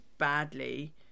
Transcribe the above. badly